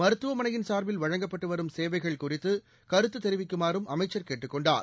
மருத்துவமனையின் சார்பில் வழங்கப்பட்டு வரும் சேவைகள் குறித்து கருத்து தெரிவிக்குமாறும் அமைச்சர் கேட்டுக் கொண்டார்